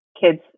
kids